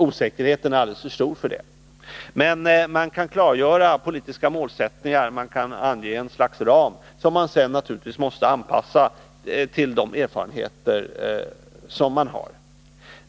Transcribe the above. Osäkerheten är alldeles för stor för det. Man kan klargöra politiska målsättningar, och man kan ange ett slags ram, som man sedan naturligtvis måste anpassa till de erfarenheter man gör.